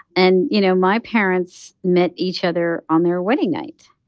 and, you know, my parents met each other on their wedding night.